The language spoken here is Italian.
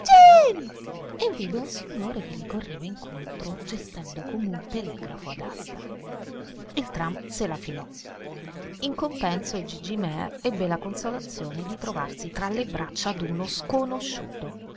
e vide un signore che gli correva incontro gestendo come un telegrafo ad asta il tram se la filò in compenso gigi mear ebbe la consolazione di trovarsi tra le braccia d'uno sconosciuto